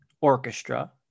Orchestra